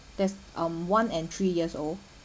there's um one and three years old